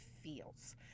feels